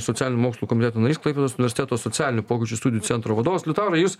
socialinių mokslų komiteto narys klaipėdos universiteto socialinių pokyčių studijų centro vadovas liutaurai jūs